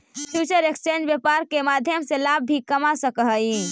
future exchange व्यापार के माध्यम से लाभ भी कमा सकऽ हइ